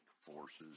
forces